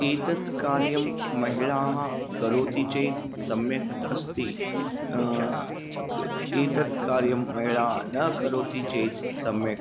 एतत् कार्यं महिलाः करोति चेत् सम्यक् अस्ति क् एतत् कार्यं महिला न करोति चेत् सम्यक्